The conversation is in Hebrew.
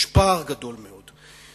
יש פער גדול מאוד.